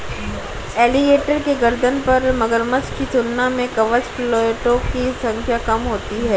alligator के गर्दन पर मगरमच्छ की तुलना में कवच प्लेटो की संख्या कम होती है